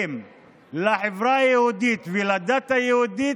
על החברה היהודית ועל הדת היהודית.